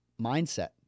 mindset